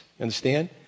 Understand